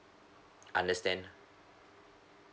understand